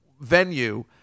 venue